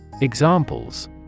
Examples